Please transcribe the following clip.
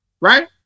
right